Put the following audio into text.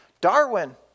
Darwin